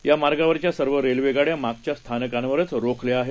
या मार्गावरच्या सर्व रेल्वेगाड्या मागच्या स्थानकांवरच रोखल्या आहेत